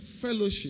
fellowship